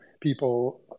people